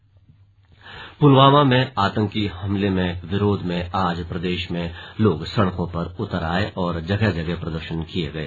slug बाजार बंद पुलवामा में आतंकी हमले के विरोध में आज प्रदेश में लोग सड़कों पर उतर आये और जगह जगह प्रदर्शन किये गए